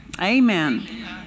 Amen